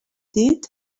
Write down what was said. did